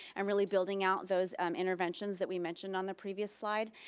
and really building out those um interventions that we mentioned on the previous slide,